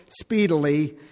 speedily